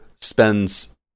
spends